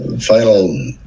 final